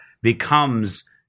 becomes